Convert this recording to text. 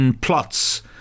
plots